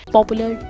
Popular